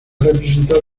representado